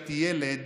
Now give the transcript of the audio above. כשהייתי ילד,